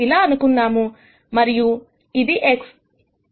ఇలా అందాముమరియు ఇది x